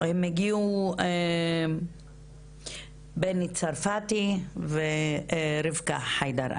יש, בני צרפתי ורבקה חיידר.